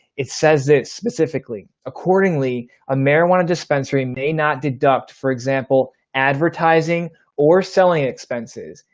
it says it specifically accordingly a marijuana dispensary may not deduct for example, advertising or selling expenses.